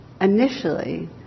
Initially